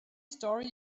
story